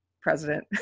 president